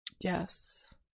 Yes